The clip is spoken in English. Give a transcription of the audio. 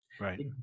Right